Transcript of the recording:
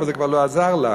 אבל זה כבר לא עזר לה.